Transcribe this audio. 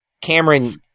Cameron